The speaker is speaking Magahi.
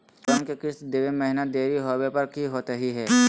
लोन के किस्त देवे महिना देरी होवे पर की होतही हे?